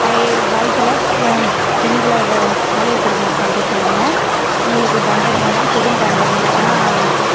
பழைய காலத்தில் பெண்களை வ பாலியல் கொடுமை பண்ணுறத்துனால உங்களுக்கு தண்டனையாக பெரும் தண்டனையாக